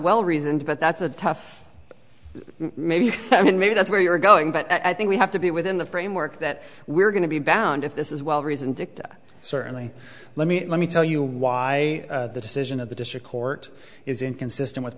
well reasoned but that's a tough maybe i mean maybe that's where you're going but i think we have to be within the framework that we're going to be bound if this is well reasoned dicta certainly let me let me tell you why the decision of the district court is inconsistent with